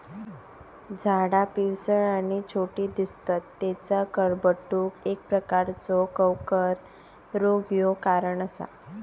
झाडा पिवळसर आणि छोटी दिसतत तेचा क्लबरूट एक प्रकारचो कवक रोग ह्यो कारण असा